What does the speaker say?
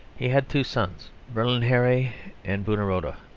he had two sons, berlinghieri and buonarrota.